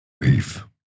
Beef